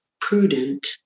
prudent